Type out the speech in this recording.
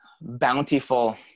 bountiful